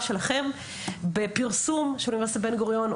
שלכם בפרסום של אוניברסיטת בן גוריון,